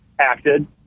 acted